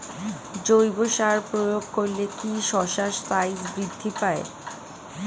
জৈব সার প্রয়োগ করলে কি শশার সাইজ বৃদ্ধি পায়?